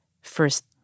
first